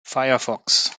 firefox